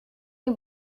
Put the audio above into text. you